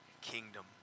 kingdom